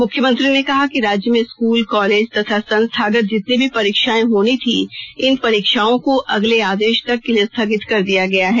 मुख्यमंत्री ने कहा कि राज्य में स्कूल कॉलेज तथा संस्थागत जितनी भी परीक्षाएं होनी थी इन परीक्षाओं को अगले आदेश तक के लिए स्थगित कर दिया गया है